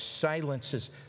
silences